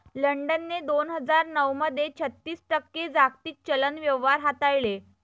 लंडनने दोन हजार नऊ मध्ये छत्तीस टक्के जागतिक चलन व्यवहार हाताळले